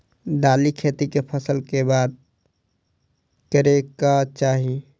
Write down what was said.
दालि खेती केँ फसल कऽ बाद करै कऽ चाहि?